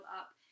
up